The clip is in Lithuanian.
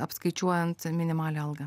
apskaičiuojant minimalią algą